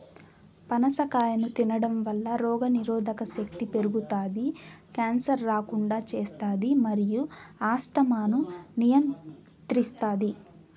పనస కాయను తినడంవల్ల రోగనిరోధక శక్తి పెరుగుతాది, క్యాన్సర్ రాకుండా చేస్తాది మరియు ఆస్తమాను నియంత్రిస్తాది